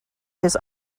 his